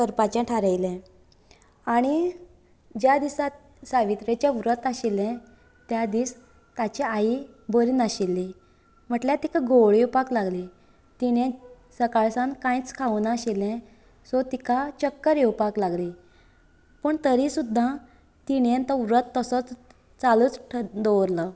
कररपाचे थारायले आनी ज्या दिसा सावित्रीचे व्रत आशिल्ले त्या दिस ताची आई बरी नाशिल्ली म्हटल्यार तिका घोवळ येवपाक लागली तिणें सकाळ सावन कांयच खावंक नाशिल्ले सो तिका चक्कर येवपाक लागली पूण तरी सुद्दां तिणेन तो व्रत तसोच चालूच दवरलो